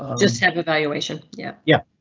just evaluation. yeah, yeah.